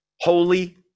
Holy